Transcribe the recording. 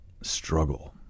Struggle